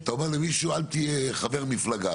אתה אומר למישהו אל תהיה חבר מפלגה.